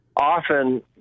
often